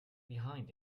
behind